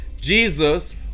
jesus